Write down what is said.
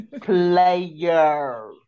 player